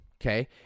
Okay